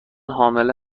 حامله